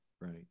Right